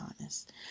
honest